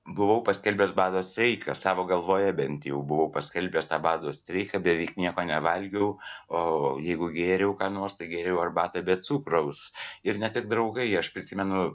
buvau paskelbęs bado streiką savo galvoje bent jau buvau paskelbęs tą bado streiką beveik nieko nevalgiau o jeigu gėriau ką nors tai gėriau arbatą be cukraus ir ne tik draugai aš prisimenu